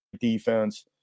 defense